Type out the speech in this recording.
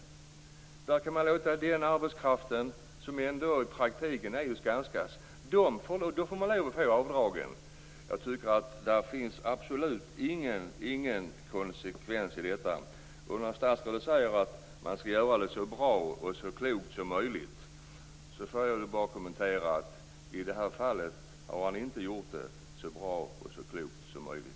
Den arbetskraft som då ändå i praktiken är Skanskas får man alltså avdragen för. Det finns absolut ingen konsekvens i detta. När statsrådet säger att man skall göra det hela så bra och så klokt som möjligt kan jag bara kommentera att han i det här fallet inte har gjort det så bra och så klokt som möjligt.